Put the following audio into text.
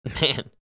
Man